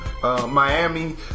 Miami